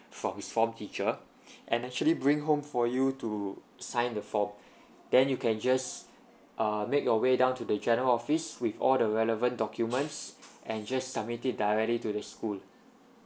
from his form teacher and actually bring home for you to sign the from then you can just err make your way down to the general office with all the relevant documents and just submit it directly to the school